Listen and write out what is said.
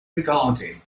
regarded